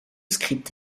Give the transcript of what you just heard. script